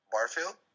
Barfield